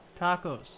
tacos